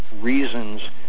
reasons